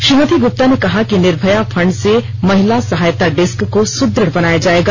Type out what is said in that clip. श्रीमती गुप्ता ने कहा कि निर्भया फंड से महिला सहायता डेस्क को सुदृढ़ बनाया जाएगा